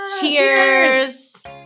Cheers